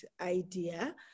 idea